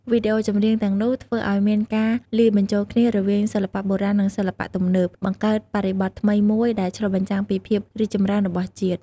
វីដេអូចម្រៀងទាំងនោះធ្វើឲ្យមានការលាយបញ្ចូលគ្នារវាងសិល្បៈបុរាណនឹងសិល្បៈទំនើប បង្កើតបរិបទថ្មីមួយដែលឆ្លុះបញ្ចាំងពីភាពរីកចម្រើនរបស់ជាតិ។